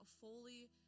fully